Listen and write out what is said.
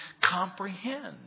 comprehend